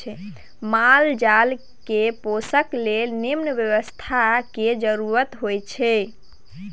माल जाल केँ पोसय लेल निम्मन बेवस्था केर जरुरत होई छै